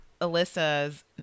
Alyssa's